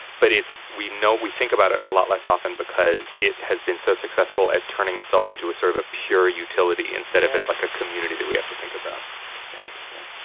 but it's we know we think about it a lot less often because it has been so successful at turning itself into a sort of a pure utility instead of as, like, a community that we have to think about interesting.